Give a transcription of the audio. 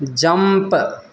jump